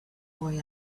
boy